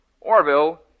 Orville